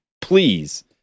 please